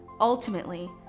Ultimately